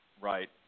Right